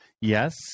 Yes